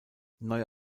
neue